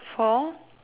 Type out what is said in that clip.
for